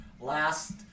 last